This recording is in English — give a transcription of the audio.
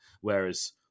Whereas